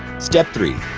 step three.